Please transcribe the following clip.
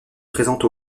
présente